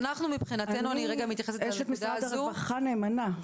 אני אשת משרד הרווחה נאמנה.